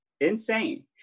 insane